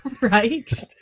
Right